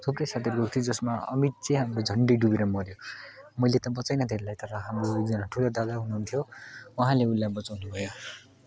थुप्रै साथीहरू गएको थियो जसमा अमित चाहिँ झन्डै डुबेर मऱ्यो मैले त बचाइनँ त्यसलाई तर हाम्रो एकजना ठुलो दादा हुनुहुन्थ्यो उहाँले उसलाई बचाउनु भयो